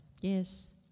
Yes